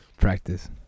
practice